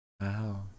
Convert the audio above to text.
Wow